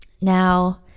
Now